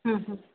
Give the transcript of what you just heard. हं हं